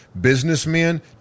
businessmen